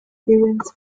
duwynt